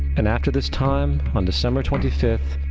and after this time on december twenty fifth,